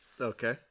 okay